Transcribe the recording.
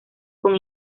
con